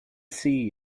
see